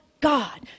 God